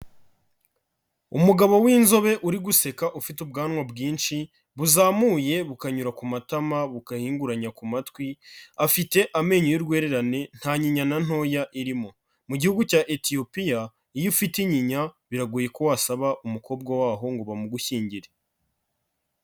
Umugabo w'inzobe uri guseka ufite ubwanwa bwinshi buzamuye bukanyura ku matama bugahinguranya ku matwi, afite amenyo y'urwererane nta nyinya na ntoya irimo, mu gihugu cya Ethiopia iyo ufite inyinya biragoye ko wasaba umukobwa w'aho ngo bamugushyingire.